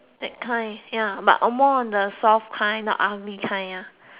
that kind ya but uh more of the soft kind not ugly kind ah